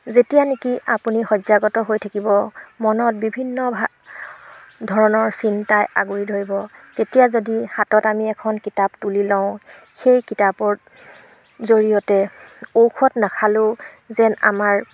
যেতিয়া নেকি আপুনি শয্যাগত হৈ থাকিব মনত বিভিন্ন ধৰণৰ চিন্তাই আগুৰি ধৰিব তেতিয়া যদি হাতত আমি এখন কিতাপ তুলি লওঁ সেই কিতাপৰ জৰিয়তে ঔষধ নাখালেও যেন আমাৰ